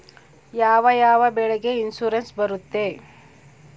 ಯಾವ ಯಾವ ಬೆಳೆಗೆ ಇನ್ಸುರೆನ್ಸ್ ಬರುತ್ತೆ?